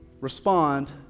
respond